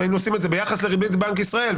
אם היינו עושים את זה ביחס לריבית בנק ישראל,